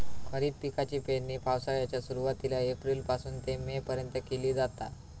खरीप पिकाची पेरणी पावसाळ्याच्या सुरुवातीला एप्रिल पासून ते मे पर्यंत केली जाता